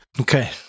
Okay